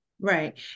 Right